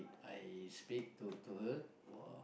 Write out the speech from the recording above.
I speak to to her for